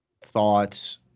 thoughts